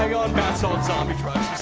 on bathsalt-zombie-drugs,